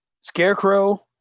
scarecrow